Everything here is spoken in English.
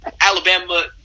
Alabama